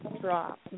drop